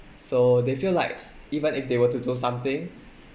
so they feel like even if they were to do something